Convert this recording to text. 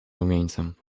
rumieńcem